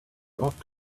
off